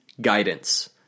guidance